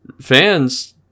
fans